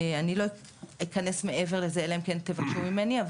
אני לא אכנס מעבר לזה, אלא אם כן תבקשו ממני.